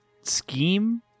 scheme